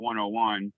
101